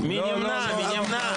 מי נמנע?